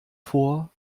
vor